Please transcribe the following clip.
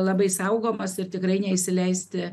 labai saugomos ir tikrai neįsileisti